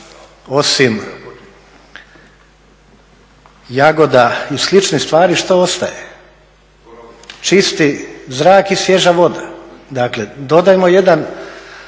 osim jagoda i sličnih stvari što ostaje? Čisti zrak i svježa voda. Dakle, dodajmo jedan